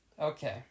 Okay